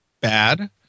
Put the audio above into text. bad